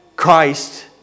Christ